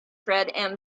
fred